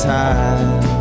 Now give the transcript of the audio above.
time